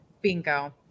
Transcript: Bingo